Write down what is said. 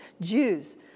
Jews